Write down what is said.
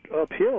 uphill